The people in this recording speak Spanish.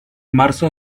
marzo